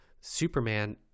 Superman